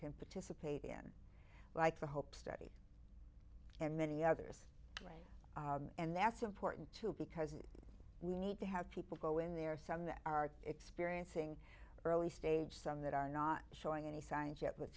can participate in like the hope study and many others and that's important too because we need to have people go in there are some that are experiencing early stage some that are not showing any signs yet